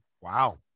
Wow